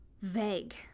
vague